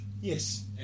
yes